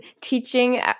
teaching